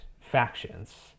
factions